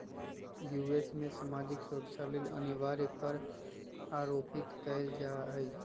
USA में सामाजिक सुरक्षा लेल अनिवार्ज कर आरोपित कएल जा हइ